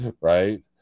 right